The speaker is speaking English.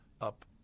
up